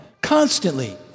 constantly